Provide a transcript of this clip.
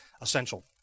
essential